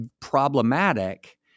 problematic